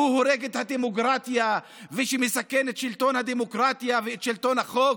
שהוא הורג את הדמוקרטיה ושהוא מסכן את שלטון הדמוקרטיה ואת שלטון החוק.